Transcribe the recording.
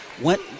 went